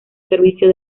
servicio